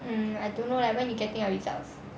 um I don't know leh like when you getting your results